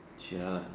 jialat eh